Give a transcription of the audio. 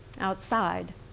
outside